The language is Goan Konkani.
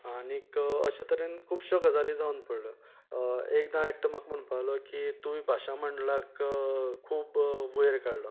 आनीक अशें तरेन खूबश्यो गजाली जावन पडल्यो एकदां एकटो म्हाका म्हणपाक लागलो की तुवें भाशा मंडळाक खूब वयर काडलो